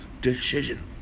decision